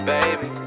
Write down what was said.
Baby